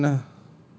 just send ah